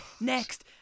next